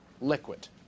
liquid